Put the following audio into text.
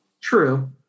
true